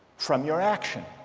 from your action